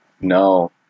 No